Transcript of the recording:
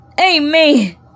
Amen